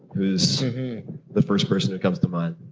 who's the first person that comes to mind?